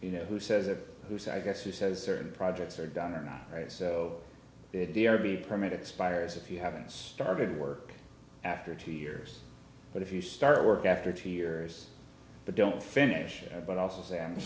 you know who says it who's i guess who says certain projects are done or not right so if the r b a permit expires if you haven't started work after two years but if you start work after two years don't finish but also say i'm